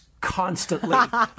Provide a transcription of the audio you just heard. constantly